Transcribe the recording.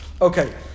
Okay